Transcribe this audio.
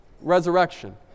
Resurrection